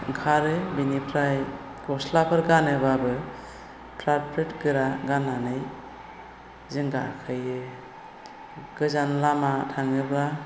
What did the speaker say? ओंखारो बिनिफ्राय गस्लाफोर गानोब्लाबो फ्राथ फ्रिथ गोरा गाननानै जों गाखोयो गोजान लामा थाङोब्ला